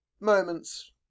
moments